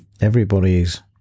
everybody's